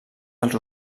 dels